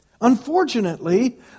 Unfortunately